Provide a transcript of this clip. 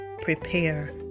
prepare